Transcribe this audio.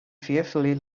fearfully